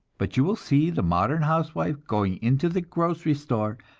but you will see the modern housewife going into the grocery store,